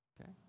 Okay